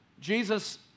Jesus